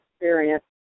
experience